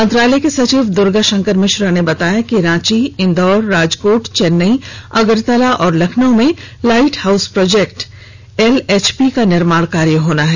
मंत्रालय के सचिव दुर्गा शंकर मिश्रा ने बताया कि रांची इंदौर राजकोट चेन्नई अगरतला और लखनऊ में लाइट हॉउस प्रोजेक्ट एलएचपी का निर्माण कार्य होना है